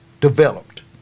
developed